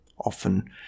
often